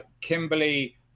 Kimberly